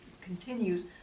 continues